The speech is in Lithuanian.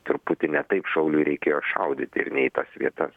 truputį ne taip šauliui reikėjo šaudyti ir ne į tas vietas